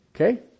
Okay